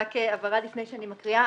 רק הבהרה לפני שאני מקריאה.